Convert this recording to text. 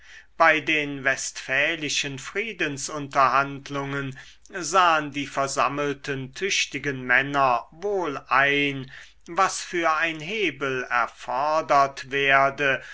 bei den westfälischen friedensunterhandlungen sahen die versammelten tüchtigen männer wohl ein was für ein hebel erfordert werde